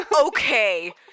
okay